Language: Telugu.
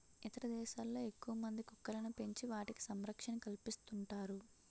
ఇతర దేశాల్లో ఎక్కువమంది కుక్కలను పెంచి వాటికి సంరక్షణ కల్పిస్తుంటారు